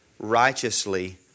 Righteously